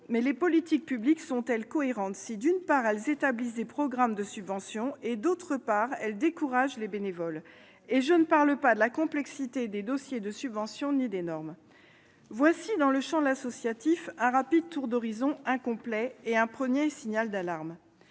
Mais les politiques publiques sont-elles cohérentes si, d'une part, elles établissent des programmes de subventions et si, d'autre part, elles découragent les bénévoles ? Et je ne parle pas de la complexité des dossiers de subvention ni des normes ! J'ai dressé, dans le champ de l'associatif, un rapide tour d'horizon, incomplet. Et j'ai lancé un premier signal d'alarme